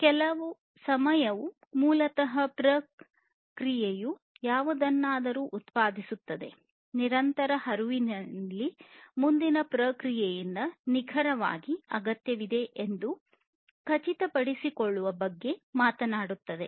ಮತ್ತು ಕೇವಲ ಸಮಯವು ಮೂಲತಃ ಪ್ರತಿ ಪ್ರಕ್ರಿಯೆಯು ಯಾವುದನ್ನಾದರೂ ಉತ್ಪಾದಿಸುತ್ತದೆ ನಿರಂತರ ಹರಿವಿನಲ್ಲಿ ಮುಂದಿನ ಪ್ರಕ್ರಿಯೆಯಿಂದ ನಿಖರವಾಗಿ ಅಗತ್ಯವಿದೆ ಎಂದು ಖಚಿತಪಡಿಸಿಕೊಳ್ಳುವ ಬಗ್ಗೆ ಮಾತನಾಡುತ್ತದೆ